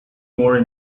more